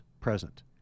present